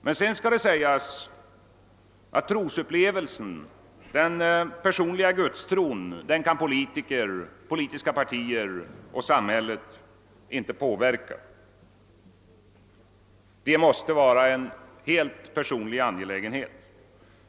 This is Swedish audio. Därutöver skall det emellertid sägas att trosupplevelsen, den personliga gudstron, inte kan påverkas av politiker, politiska partier och samhället. Den måste vara en helt personlig angelägenhet.